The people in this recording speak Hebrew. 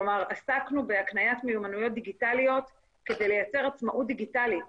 כלומר עסקנו בהקניית מיומנויות דיגיטליות כדי לייצר עצמאות דיגיטלית